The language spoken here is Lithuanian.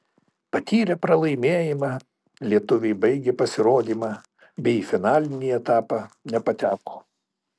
patyrę pralaimėjimą lietuviai baigė pasirodymą bei į finalinį etapą nepateko